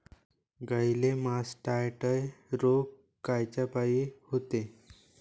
गाईले मासटायटय रोग कायच्यापाई होते?